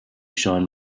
shine